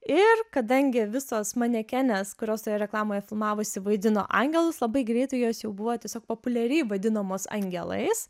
ir kadangi visos manekenės kurios toje reklamoje filmavosi vaidino angelus labai greitai jos jau buvo tiesiog populiariai vadinamos angelais